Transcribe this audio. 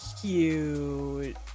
cute